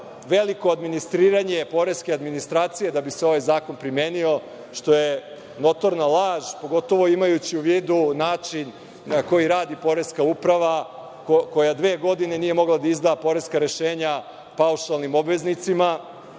veliko administriranje poreske administracije da bi se ovaj zakon primenio, što je notorna laž, pogotovo imajući u vidu način na koji radi Poreska uprava, koja dve godine nije mogla da izda poreska rešenja paušalnim obveznicima,